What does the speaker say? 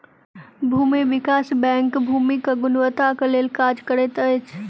भूमि विकास बैंक भूमिक गुणवत्ताक लेल काज करैत अछि